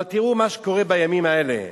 אבל תראו מה שקורה בימים האלה,